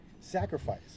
sacrifice